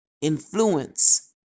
influence